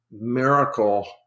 miracle